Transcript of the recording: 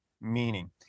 meaning